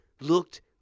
looked